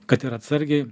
kad ir atsargiai